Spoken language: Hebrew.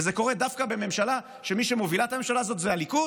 וזה קורה דווקא בממשלה שמי שמוביל את הממשלה הזאת זה הליכוד?